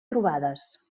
trobades